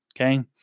Okay